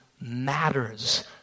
matters